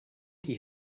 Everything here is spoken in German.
die